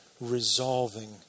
resolving